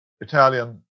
Italian